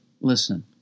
listen